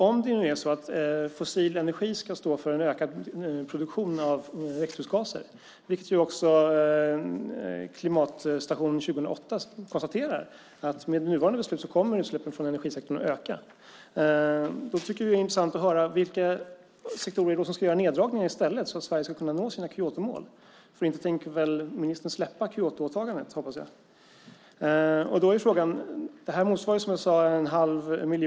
Om fossil energi ska stå för en ökad produktion av växthusgaser - och klimatstationen 2008 konstaterar att med nuvarande beslut kommer utsläppen från energisektorn att öka - tycker vi att det vore intressant att höra vilka sektorer som ska göra neddragningar i stället så att Sverige kan nå sina Kyotomål. Inte tänker väl ministern släppa Kyotoåtagandet, hoppas jag. Det här motsvarar, som jag sade, 1⁄2 miljon bilar.